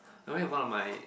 I went with one of my